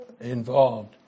involved